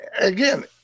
again